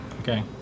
Okay